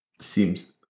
seems